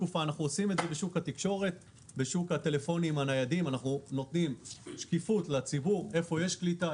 בשוק הטלפונים הניידים אנחנו נותנים שקיפות לציבור לגבי איפה יש קליטה,